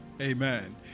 Amen